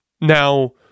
Now